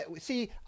See